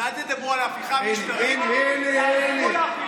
ואל תדברו על הפיכה משטרית, תעזרו להפיכה.